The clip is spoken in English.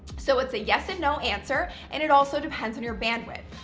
so it's a yes and no answer and it also depends on your bandwidth.